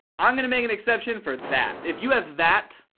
i'm going to make an exception for that. if you have that,